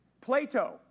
Plato